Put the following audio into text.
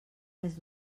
més